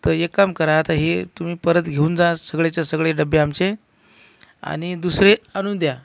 तर एक काम करा आता हे तुम्ही परत घेऊन जा सगळेच्या सगळे डबे आमचे आणि दुसरे आणून द्या